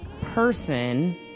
person